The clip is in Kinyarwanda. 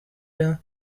ihindura